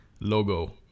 logo